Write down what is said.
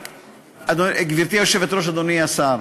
גברתי היושבת-ראש, אדוני השר,